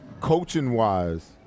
coaching-wise